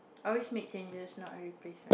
I always make changes not a replacement